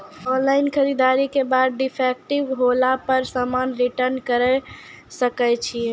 Online खरीददारी के बाद समान डिफेक्टिव होला पर समान रिटर्न्स करे सकय छियै?